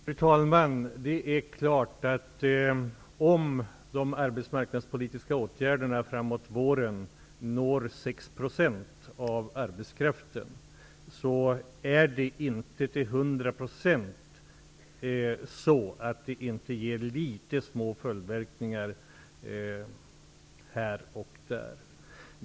Fru talman! Om de arbetsmarknadspolitiska åtgärderna når 6 % av arbetskraften framåt våren, är det inte till 100 % så att det inte ger små följdverkningar här och där.